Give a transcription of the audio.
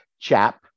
chap